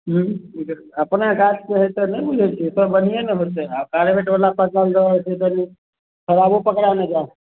ओ अपना गाछके हइ तऽ नहि मिलै छै सब बढ़िएँ ने हेतै आओर कार्बेटवला पसन्द हेतै तऽ ओ खराबो पकड़ा ने जाए हइ